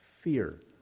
fear